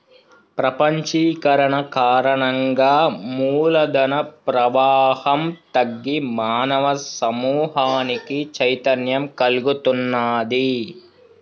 ప్రపంచీకరణ కారణంగా మూల ధన ప్రవాహం తగ్గి మానవ సమూహానికి చైతన్యం కల్గుతున్నాది